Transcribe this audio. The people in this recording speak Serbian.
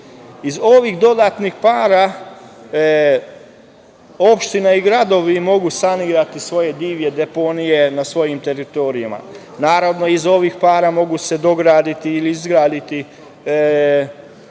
ovih dodatnih para opština i gradovi mogu sanirati svoje divlje deponije na svojim teritorijama. Naravno, iz ovih para mogu se dograditi ili izgraditi